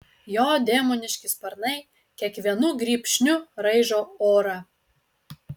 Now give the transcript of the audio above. jo demoniški sparnai kiekvienu grybšniu raižo orą